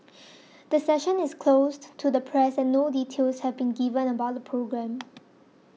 the session is closed to the press and no details have been given about the programme